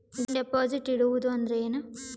Deposit ಇಡುವುದು ಅಂದ್ರ ಏನ?